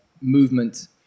movement